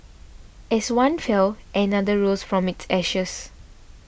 as one fell another rose from its ashes